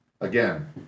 Again